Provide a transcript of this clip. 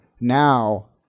now